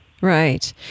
Right